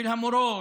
של המורות,